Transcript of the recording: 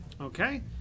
Okay